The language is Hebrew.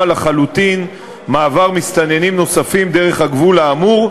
לחלוטין מעבר מסתננים נוספים דרך הגבול האמור,